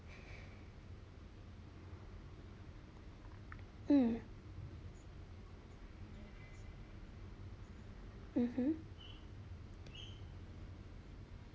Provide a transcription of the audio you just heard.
mm mmhmm